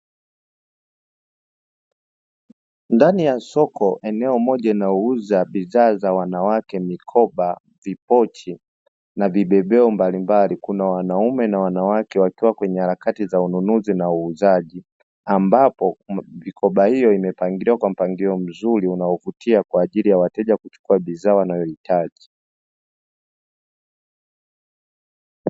Ndani ya soko eneo moja inayouza bidhaa za wanawake mikoba, vipochi na vibebeo mbalimbali kuna wanaume na wanawake wakiwa kwenye harakati za ununuzi na uuzaji, ambapo vikoba hiyo imepangiliwa kwa mpangilio mzuri unaovutia kwa ajili ya wateja kuchukua bidhaa wanayohitaji.